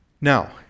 Now